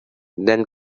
then